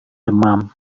demam